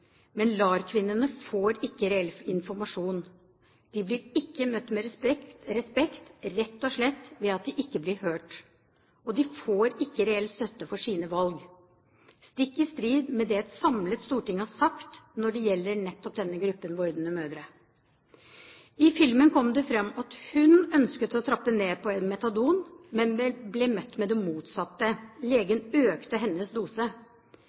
Men LAR-kvinnene får ikke reell informasjon. De blir ikke møtt med respekt, rett og slett ved at de ikke blir hørt, og de får ikke reell støtte for sine valg, stikk i strid med det et samlet storting har sagt når det gjelder nettopp denne gruppen vordende mødre. I filmen kom det fram at hun ønsket å trappe ned på metadon, men ble møtt med det motsatte. Legen økte hennes dose.